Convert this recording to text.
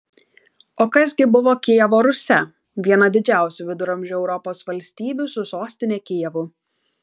o kas gi buvo kijevo rusia viena didžiausių viduramžių europos valstybių su sostine kijevu